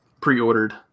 pre-ordered